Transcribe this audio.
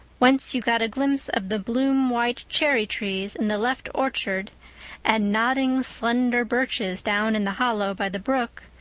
whence you got a glimpse of the bloom white cherry-trees in the left orchard and nodding, slender birches down in the hollow by the brook,